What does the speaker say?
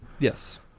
Yes